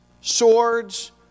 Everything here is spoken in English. swords